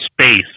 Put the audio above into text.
space